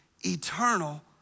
eternal